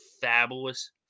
fabulous